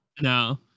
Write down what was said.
No